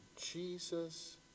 Jesus